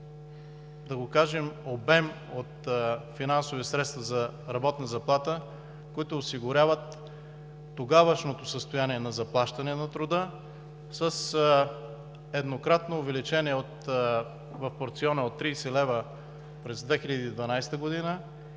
взето един обем от финансови средства за работна заплата, които осигуряват тогавашното състояние на заплащане на труда с еднократно увеличение в порциона от 30 лв. през 2012 г.,